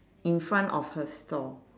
in front of her store